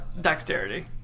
Dexterity